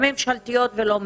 הממשלתיות והלא ממשלתיות.